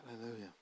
Hallelujah